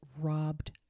robbed